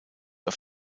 auf